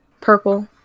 Purple